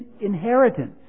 inheritance